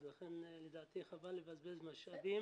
לכן לדעתי חבל לבזבז משאבים וזמן.